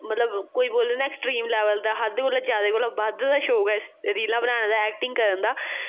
मतलब कोई बोल्लै ना ऐक्सट्रीम लैबल दा हद्द कोला जैदा कोला बद्ध दा शौक ऐ इस रीलां बनाने दा ऐक्टिंग करन दा